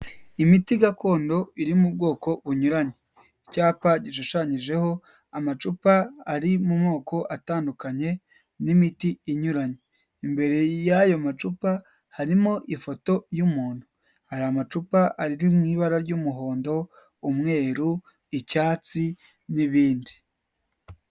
Imiti gakondo iri mu bwoko bunyuranye. Icyapa gishushanyijeho amacupa ari mu moko atandukanye, n'imiti inyuranye. Imbere y'ayo macupa harimo ifoto y'umuntu. Hari amacupa ari mu ibara ry'umuhondo, umweru, icyatsi n'ibindi.